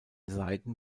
seiten